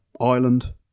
Ireland